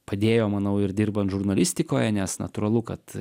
padėjo manau ir dirbant žurnalistikoje nes natūralu kad